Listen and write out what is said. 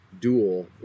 Dual